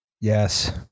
Yes